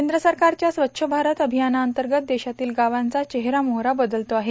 केंद्र सरकारच्या स्वच्छ भारत अभियानाअंतर्गत देशातील गावांचा चेहरामोहरा बदलतो आहे